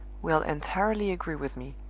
will entirely agree with me.